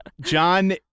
John